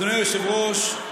אדוני היושב-ראש,